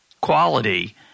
quality